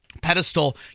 pedestal